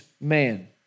man